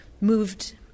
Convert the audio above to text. moved